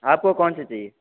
आपको कौन सा चाहिये